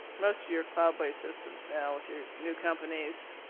most of your cloud-based systems now with your new companies